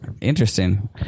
Interesting